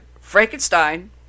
Frankenstein